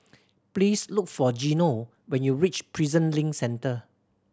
please look for Geno when you reach Prison Link Centre